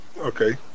Okay